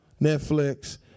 Netflix